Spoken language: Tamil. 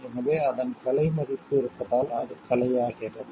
எனவே அதன் கலை மதிப்பு இருப்பதால் அது கலையாகிறது